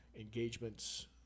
engagements